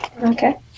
okay